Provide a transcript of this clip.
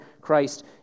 Christ